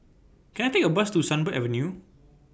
Can I Take A Bus to Sunbird Avenue